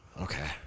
Okay